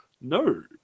No